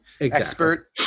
expert